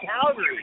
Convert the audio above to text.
Calgary